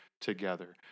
together